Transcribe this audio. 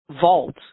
vault